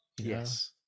Yes